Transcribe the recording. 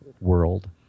world